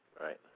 Right